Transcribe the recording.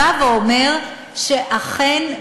בא ואומר שאכן,